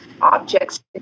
objects